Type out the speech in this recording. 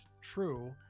true